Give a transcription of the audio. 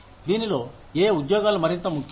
దీనిలో ఏ ఉద్యోగాలు మరింత ముఖ్యం